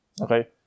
Okay